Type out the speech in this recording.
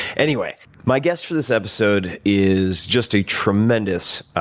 anyway, my guest for this episode is just a tremendous,